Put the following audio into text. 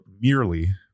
merely